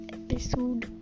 episode